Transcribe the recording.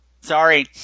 Sorry